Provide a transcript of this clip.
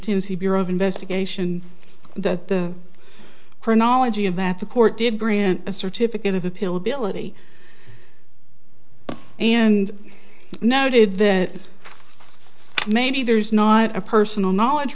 tennessee bureau of investigation that the for knology of that the court did grant a certificate of appeal ability and noted that maybe there's not a personal knowledge